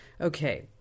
Okay